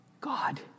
God